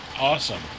Awesome